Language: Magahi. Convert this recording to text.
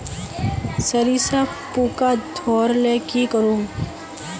सरिसा पूका धोर ले की करूम?